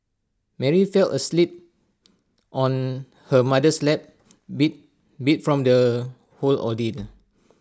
Mary fell asleep on her mother's lap be beat from the whole ordeal